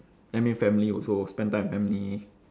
then maybe family also spend time with family